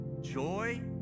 joy